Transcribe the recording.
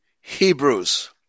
Hebrews